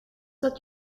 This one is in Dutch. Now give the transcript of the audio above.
dat